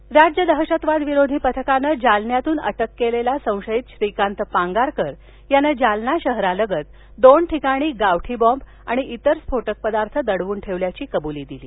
जालना राज्य दहशतवाद विरोधी पथकानं जालन्यातून अटक केलेला संशयित श्रीकांत पांगारकर यानं जालना शहरात लगत दोन ठिकाणी गावठी बॉम्ब आणि इतर स्फोटक पदार्थ दडवून ठेवल्याची कबुली दिली